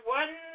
one